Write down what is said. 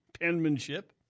penmanship